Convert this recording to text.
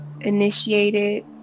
initiated